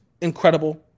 incredible